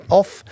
off